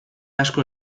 asko